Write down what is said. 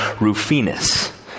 Rufinus